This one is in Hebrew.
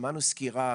שמענו סקירה